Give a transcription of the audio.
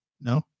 No